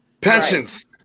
Pensions